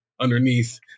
Underneath